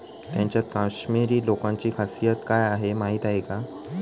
त्यांच्यात काश्मिरी लोकांची खासियत काय आहे माहीत आहे का?